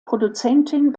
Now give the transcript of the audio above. produzentin